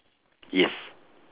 yes